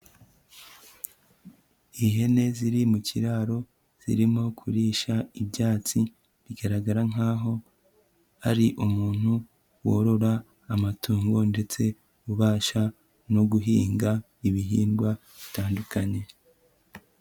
Ihene ziri mu kiraro zirimo kurisha ibyatsi, bigaragara nkaho ari umuntu worora amatungo ndetse ubasha no guhinga ibihingwa bitandukanye.